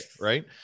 right